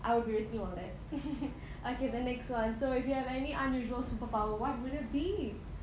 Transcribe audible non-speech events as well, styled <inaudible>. I would be risking all that <laughs> okay then next one so if you have any unusual superpower what would it be